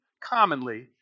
commonly